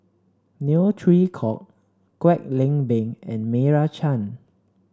Neo Chwee Kok Kwek Leng Beng and Meira Chand